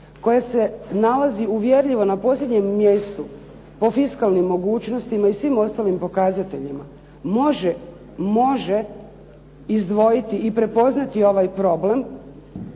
koja se nalazi uvjerljivo na posljednjem mjestu po fiskalnim mogućnostima i svim ostalim pokazateljima može izdvojiti i prepoznati ovaj problem